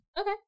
Okay